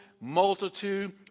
multitude